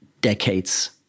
decades